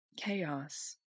chaos